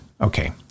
Okay